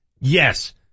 Yes